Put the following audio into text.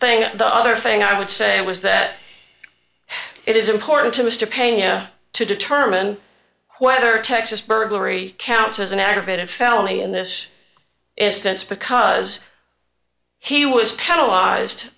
thing the other thing i would say was that it is important to mr pena to determine whether texas burglary counts as an aggravated felony in this instance because he was paralyzed